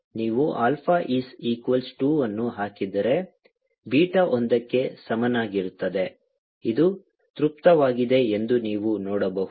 ನೀವು alpha is equals 2 ಅನ್ನು ಹಾಕಿದರೆ ಬೀಟಾ ಒಂದಕ್ಕೆ ಸಮನಾಗಿರುತ್ತದೆ ಇದು ತೃಪ್ತವಾಗಿದೆ ಎಂದು ನೀವು ನೋಡಬಹುದು